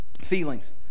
Feelings